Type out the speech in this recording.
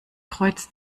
kreuz